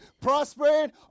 prospering